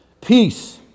peace